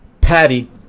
Patty